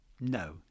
No